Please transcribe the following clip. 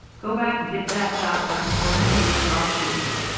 go back and get that job done before new year's or i'll shoot you